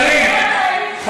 אני מדברת על חיילים שנפגעו,